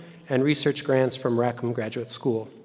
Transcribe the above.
and research grants from rackham graduate school.